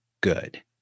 good